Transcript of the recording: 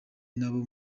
n’abo